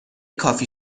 کافی